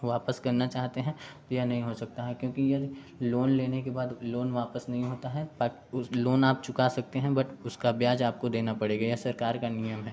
वापस करना चाहते हैं तो यह नहीं हो सकता है क्योंकि यदि लोन लेने के बाद लोन वापस नहीं होता है उस लोन आप चुका सकते हैं बट उसका ब्याज आपको देना पड़ेगा यह सरकार का नियम है